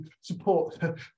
support